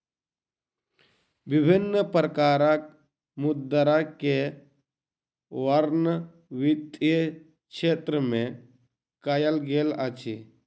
विभिन्न प्रकारक मुद्रा के वर्णन वित्तीय क्षेत्र में कयल गेल अछि